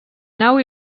nau